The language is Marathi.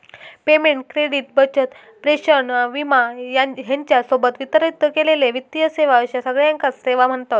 पेमेंट, क्रेडिट, बचत, प्रेषण, विमा ह्येच्या सोबत वितरित केलेले वित्तीय सेवा अश्या सगळ्याकांच सेवा म्ह्णतत